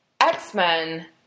X-Men